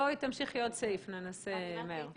תמשיכי עוד סעיף, ננסה לעשות את זה מהר.